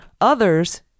Others